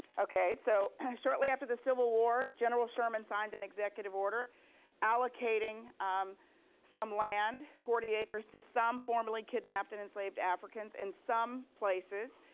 okay, so shortly after the civil war, general sherman signed an executive order allocating um some land, forty acres, to some formerly kidnapped and enslaved africans in some places,